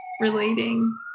relating